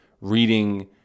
reading